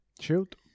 Shoot